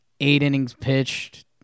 eight-innings-pitched